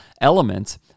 element